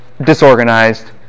disorganized